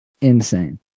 insane